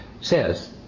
says